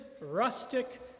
rustic